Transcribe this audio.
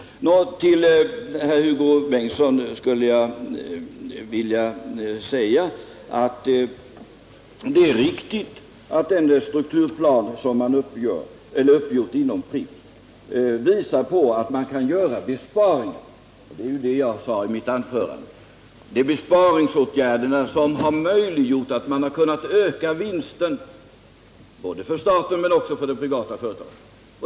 Till Hugo Bengtsson vill jag säga att det är riktigt att den strukturplan som gjorts upp inom Pripps visar på att man kan göra besparingar — det var ju det jag sade i mitt anförande — och att det är besparingsåtgärderna som har möjliggjort ökningen av vinsten, både för staten och de privata företagen.